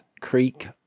Creek